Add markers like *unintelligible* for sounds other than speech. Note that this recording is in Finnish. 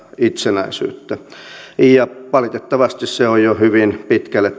itsenäisyyttä valitettavasti tämä prosessi on jo hyvin pitkälle *unintelligible*